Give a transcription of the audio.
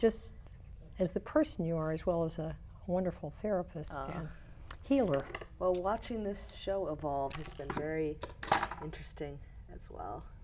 just as the person you are as well as a wonderful therapist healer while watching this show of all it's been very interesting it's well